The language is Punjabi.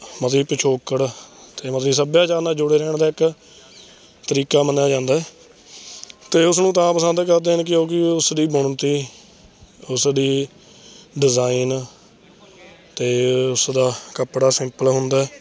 ਮਤਲਬ ਕਿ ਪਿਛੋਕੜ ਅਤੇ ਮਤਲਬ ਕਿ ਸੱਭਿਆਚਾਰ ਨਾਲ਼ ਜੁੜੇ ਰਹਿਣ ਦਾ ਇੱਕ ਤਰੀਕਾ ਮੰਨਿਆ ਜਾਂਦਾ ਅਤੇ ਉਸ ਨੂੰ ਤਾਂ ਪਸੰਦ ਕਰਦੇ ਨੇ ਕਿਉਂਕਿ ਉਸਦੀ ਬੁਣਤੀ ਉਸਦੀ ਡਿਜ਼ਾਇਨ ਅਤੇ ਉਸਦਾ ਕੱਪੜਾ ਸਿੰਪਲ ਹੁੰਦਾ